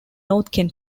northern